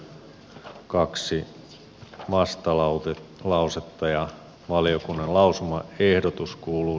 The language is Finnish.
tähän sisältyy kaksi vastalausetta ja valiokunnan lausumaehdotus kuuluu